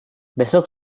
besok